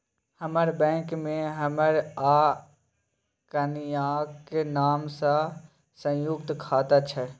हमर बैंक मे हमर आ कनियाक नाम सँ संयुक्त खाता छै